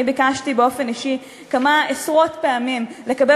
אני ביקשתי באופן אישי כמה עשרות פעמים לקבל